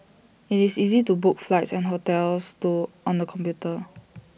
IT is easy to book flights and hotels to on the computer